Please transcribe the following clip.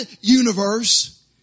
universe